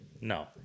No